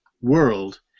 world